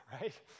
right